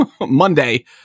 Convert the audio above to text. Monday